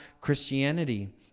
Christianity